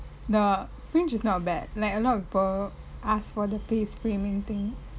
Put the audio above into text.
the fringe is not bad like a lot of people ask for the face framing thing